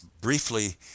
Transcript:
Briefly